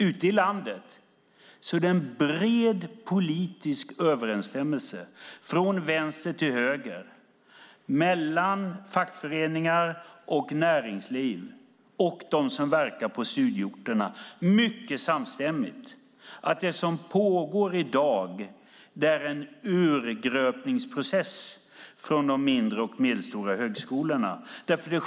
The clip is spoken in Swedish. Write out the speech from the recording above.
Ute i landet finns en bred politisk samstämmighet, från vänster till höger, mellan fackföreningar, näringsliv och dem som verkar på studieorterna, om att det som pågår i dag är en urgröpningsprocess för de mindre och medelstora högskolorna.